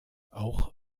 auch